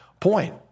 point